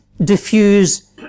diffuse